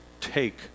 take